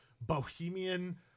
bohemian